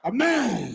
Amen